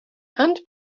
and